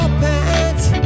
pants